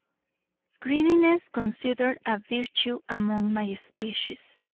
greediness considered a virtue among my species.